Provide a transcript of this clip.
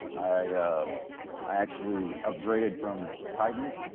ah i actually upgraded from titans.